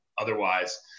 otherwise